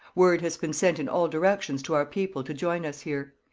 word has been sent in all directions to our people to join us here.